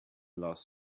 last